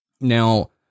now